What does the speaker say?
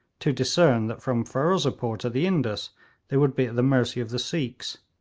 to discern that from ferozepore to the indus they would be at the mercy of the sikhs,